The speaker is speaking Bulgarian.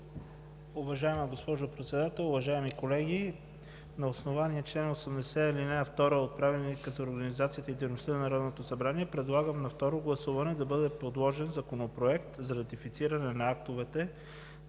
Уважаема госпожо Председател, уважаеми колеги! На основание чл. 80, ал. 2 от Правилника за организацията и дейността на Народното събрание предлагам на второ гласуване да бъде подложен Законопроект за ратифициране на актовете